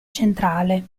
centrale